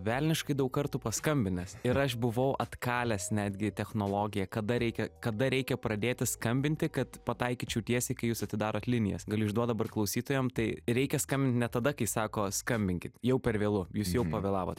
velniškai daug kartų paskambinęs ir aš buvau atkalęs netgi technologiją kada reikia kada reikia pradėti skambinti kad pataikyčiau tiesiai kai jūs atidarot linijas galiu išduot dabar klausytojam tai reikia skambint ne tada kai sako skambinkit jau per vėlu jūs jau pavėlavot